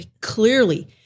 clearly